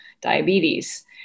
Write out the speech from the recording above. diabetes